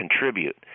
contribute